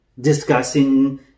discussing